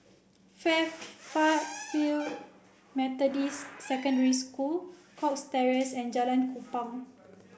fair far field Methodist Secondary School Cox Terrace and Jalan Kupang